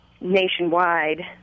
nationwide